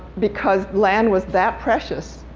because land was that precious.